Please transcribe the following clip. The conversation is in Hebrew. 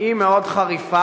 היא מאוד חריפה,